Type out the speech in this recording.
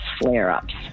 flare-ups